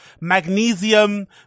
Magnesium